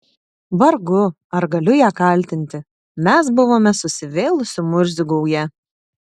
vargu ar galiu ją kaltinti mes buvome susivėlusių murzių gauja